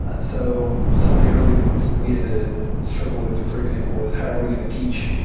and so some of the early things we had to struggle with, for example, is how are we going to teach,